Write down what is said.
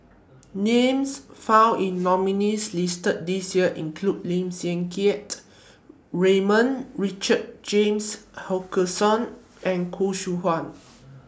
Names found in nominees' listed This Year include Lim Siang Keat Raymond Richard James Wilkinson and Khoo Seow Hwa